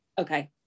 okay